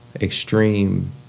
Extreme